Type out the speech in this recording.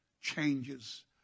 changes